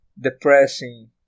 depressing